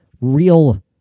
real